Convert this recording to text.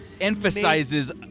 Emphasizes